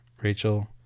Rachel